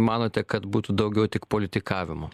manote kad būtų daugiau tik politikavimo